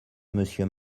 monsieur